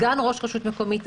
סגן ראש רשות מקומית,